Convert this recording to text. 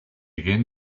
again